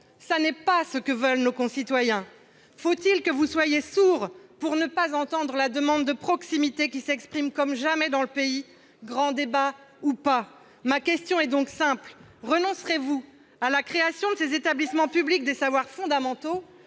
Ce n'est pas ce que veulent nos concitoyens ! Faut-il que vous soyez sourd pour ne pas entendre la demande de proximité qui s'exprime comme jamais dans le pays, grand débat ou pas ? Monsieur le ministre, ma question est donc simple : renoncerez-vous à la création de ces établissements publics des savoirs fondamentaux,